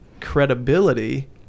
credibility